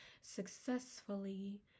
successfully